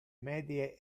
medie